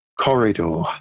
corridor